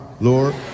Lord